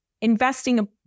investing